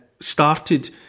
started